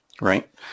Right